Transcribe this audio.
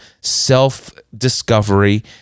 self-discovery